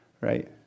right